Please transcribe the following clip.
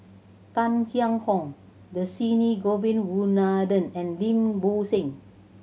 Tang Liang Hong Dhershini Govin Winodan and Lim Bo Seng